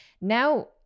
now